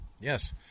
Yes